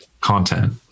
content